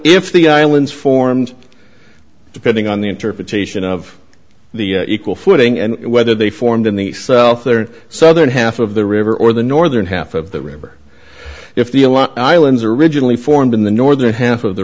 if the islands formed depending on the interpretation of the equal footing and whether they formed in the self their southern half of the river or the northern half of the river if the a lot islands originally formed in the northern half of the